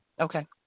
Okay